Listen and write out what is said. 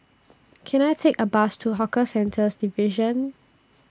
Can I Take A Bus to Hawker Centres Division